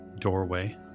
doorway